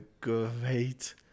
great